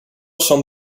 son